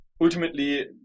ultimately